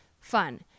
Fun